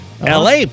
LA